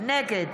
נגד